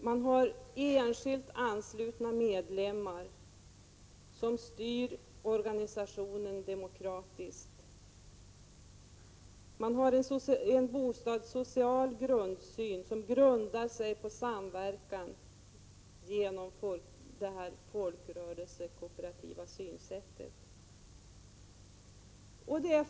De har enskilt anslutna medlemmar som styr organisationen på ett demokratiskt sätt. De har en bostadssocial grundsyn som bygger på en samverkan, som i sin tur grundar sig på det folkrörelsekooperativa synsättet.